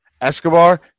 Escobar